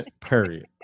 Period